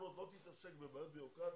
שהסוכנות לא תתעסק בבעיות בירוקרטיות.